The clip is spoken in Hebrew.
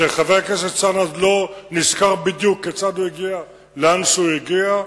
שחבר הכנסת אלסאנע לא נזכר בדיוק כיצד הוא הגיע לאן שהוא הגיע,